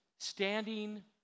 standing